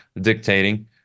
dictating